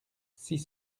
six